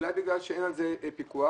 אולי בגלל שאין על זה פיקוח